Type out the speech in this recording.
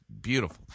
beautiful